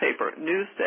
newspaper